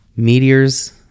Meteors